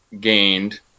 gained